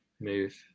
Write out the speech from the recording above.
move